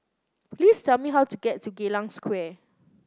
please tell me how to get to Geylang Square